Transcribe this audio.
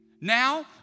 Now